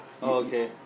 Okay